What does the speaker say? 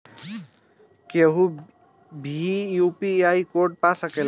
केहू भी UPI code पा सकेला?